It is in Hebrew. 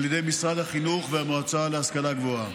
ידי משרד החינוך והמועצה להשכלה גבוהה.